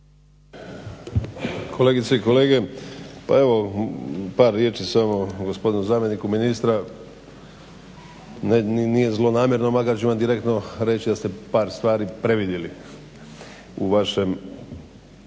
Kolegice i kolege. Pa evo par riječi samo gospodinu zamjeniku ministra. Nije zlonamjerno makar ću vam direktno reći da ste par stvari previdjeli u vašem.